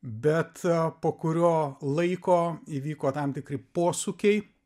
bet po kurio laiko įvyko tam tikri posūkiai